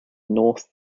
north